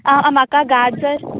आं आं म्हाका गाजर